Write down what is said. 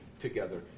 together